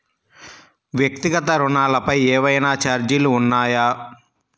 వ్యక్తిగత ఋణాలపై ఏవైనా ఛార్జీలు ఉన్నాయా?